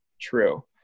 true